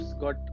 got